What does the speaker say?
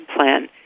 plan